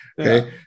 okay